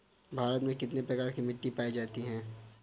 भारत में कितने प्रकार की मिट्टी पाई जाती है?